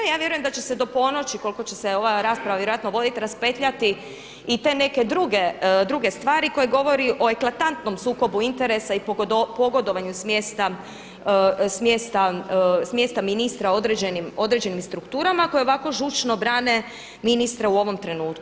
Ja vjerujem da će se do ponoći koliko će se ova rasprava vjerojatno voditi raspetljati i te neke druge stvari koje govori o eklatantnom sukobu interesa i pogodovanju s mjesta ministra određenim strukturama koje ovako žučno brane ministra u ovom trenutku.